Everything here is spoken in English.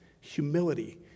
humility